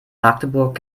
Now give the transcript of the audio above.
magdeburg